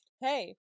hey